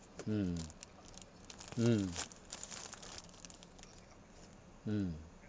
mm mm mm